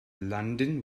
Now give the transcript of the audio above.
london